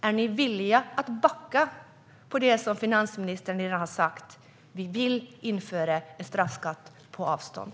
Är ni villiga att backa från det som finansministern har sagt om att införa en straffskatt på avstånd?